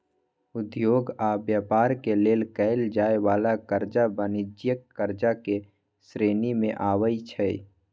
उद्योग आऽ व्यापार के लेल कएल जाय वला करजा वाणिज्यिक करजा के श्रेणी में आबइ छै